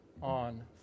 on